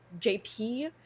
JP